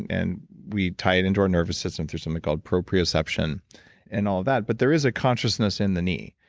and we tie it into our nervous system through something called proprioception and all of that, but there is a consciousness in the knee,